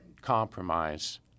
compromise